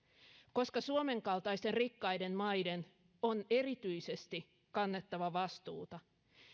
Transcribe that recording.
koska suomen kaltaisten rikkaiden maiden on erityisesti kannettava vastuuta